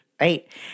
right